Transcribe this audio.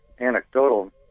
anecdotal